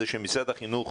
זה שמשרד החינוך